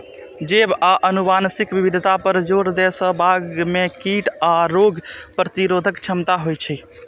जैव आ आनुवंशिक विविधता पर जोर दै सं बाग मे कीट आ रोग प्रतिरोधक क्षमता होइ छै